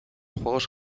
juegos